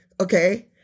Okay